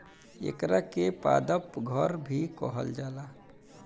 एकरा के पादप घर भी कहल जाला